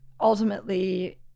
ultimately